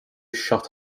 shut